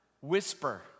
whisper